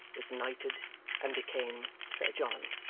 was knighted and became sir john.